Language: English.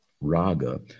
raga